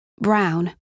Brown